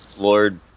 Lord